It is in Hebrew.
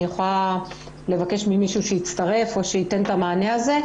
אני יכולה לבקש ממישהו שיצטרף או שייתן את המענה הזה.